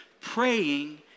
praying